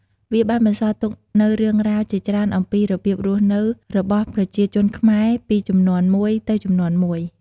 វាបានបន្សល់ទុកនូវរឿងរ៉ាវជាច្រើនអំពីរបៀបរស់នៅរបស់ប្រជាជនខ្មែរពីជំនាន់មួយទៅជំនាន់មួយ។